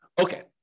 Okay